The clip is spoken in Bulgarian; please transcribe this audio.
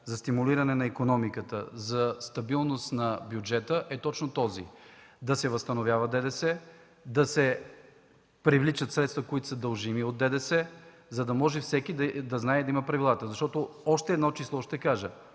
за стимулиране на икономиката, за стабилност на бюджета е точно този – да се възстановява ДДС, да се привличат средства, които са дължими от ДДС, за да може всеки да знае и да има правилата. Защото ще кажа още едно